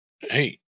Hey